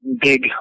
big